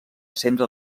centre